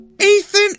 Ethan